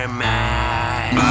mad